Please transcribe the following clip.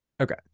Okay